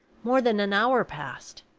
more than an hour past.